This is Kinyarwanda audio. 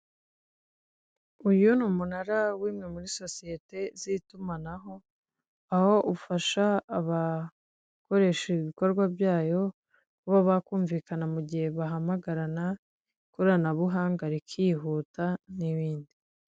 Uyu ni umunara w'imwe muri sosiyete z'itumanaho aho ufasha abakoresha ibikorwa byayo kuba bakumvikana mu gihe bahamagarana ikoranabuhanga rikihuta n'ibindi.